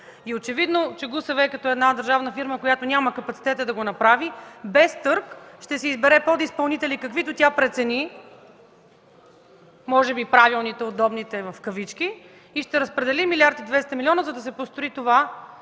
Очевидно, че ГУСВ като една държавна фирма, която няма капацитета да го направи, без търг ще си избере подизпълнители каквито тя прецени, може би „правилните, удобните” и ще разпредели 1 млрд. 200 милиона, за да се построи – това